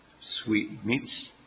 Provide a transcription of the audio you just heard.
sweetmeats